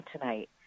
tonight